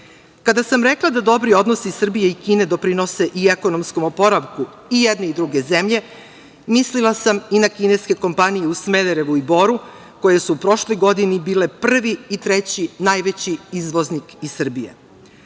sam rekla da dobri odnosi Srbije i Kine doprinose i ekonomskom oporavku i jedne i druge zemlje, mislila sam i na kineske kompanije u Smederevu i Boru koje su u prošloj godini bile prvi i treći najveći izvoznik iz Srbije.